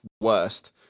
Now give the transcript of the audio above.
worst